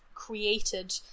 Created